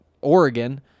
Oregon